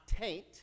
taint